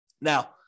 Now